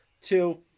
Two